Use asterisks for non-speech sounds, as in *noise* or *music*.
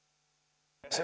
arvoisa *unintelligible*